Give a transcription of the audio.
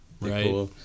right